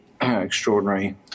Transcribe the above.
Extraordinary